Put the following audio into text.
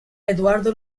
eduardo